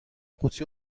قوطی